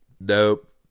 nope